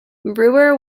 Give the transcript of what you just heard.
brewer